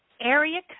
area